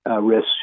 risk